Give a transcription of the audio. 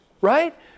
right